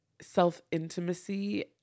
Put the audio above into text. self-intimacy